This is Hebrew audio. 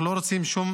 אנחנו לא רוצים שום